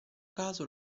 caso